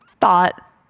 thought